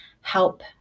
help